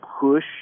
push